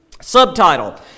Subtitle